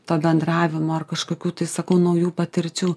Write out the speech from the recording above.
to bendravimo ar kažkokių tai sakau naujų patirčių